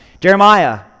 Jeremiah